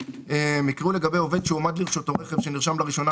יקראו לגבי עובד שהועמד לרשותו רכב שנרשם לראשונה